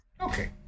Okay